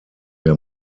der